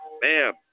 Bam